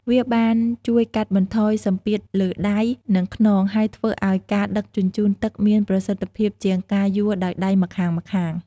វាបានជួយកាត់បន្ថយសម្ពាធលើដៃ និងខ្នង ហើយធ្វើឱ្យការដឹកជញ្ជូនទឹកមានប្រសិទ្ធភាពជាងការយួរដោយដៃម្ខាងៗ។